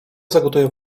zagotuję